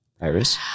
Iris